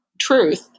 truth